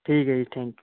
ਠੀਕ ਹੈ ਜੀ ਥੈਂਕ ਯੂ